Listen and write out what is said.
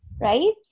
right